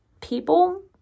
people